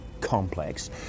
complex